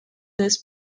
this